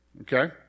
okay